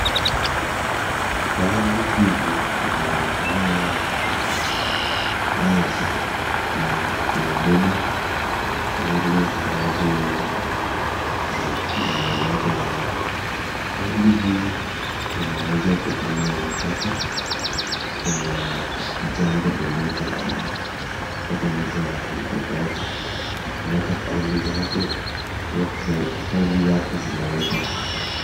Faili hivi vimepangwa kwenye meza na inabeba faili ambazo zimeletwa na watu. Faili hizi zinaweza kutumiwa wakati kuna jambo lolote ama wakati mtu anaandikwa kazi analeta faili zake alafu faili zake zinawekwa hapo.